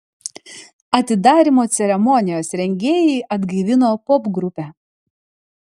atidarymo ceremonijos rengėjai atgaivino popgrupę